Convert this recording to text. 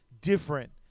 different